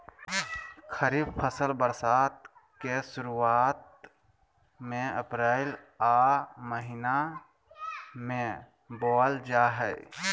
खरीफ फसल बरसात के शुरुआत में अप्रैल आ मई महीना में बोअल जा हइ